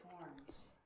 forms